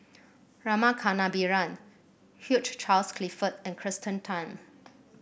Rama Kannabiran Hugh Charles Clifford and Kirsten Tan